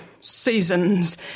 seasons